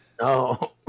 No